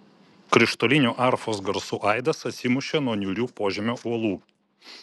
krištolinių arfos garsų aidas atsimušė nuo niūrių požemio uolų